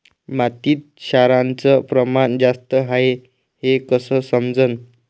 मातीत क्षाराचं प्रमान जास्त हाये हे कस समजन?